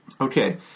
Okay